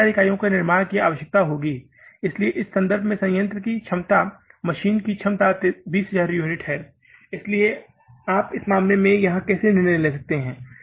13000 इकाइयों का निर्माण करने की आवश्यकता होगी इसलिए इस मामले में संयंत्र की क्षमता मशीन की क्षमता 20000 यूनिट है इसलिए आप इस मामले में यहां कैसे निर्णय लेंगे